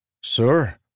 Sir